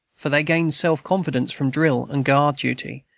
for they gained self-confidence from drill and guard-duty,